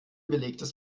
belegtes